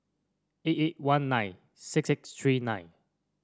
eight eight one nine six six three nine